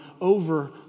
over